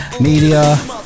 media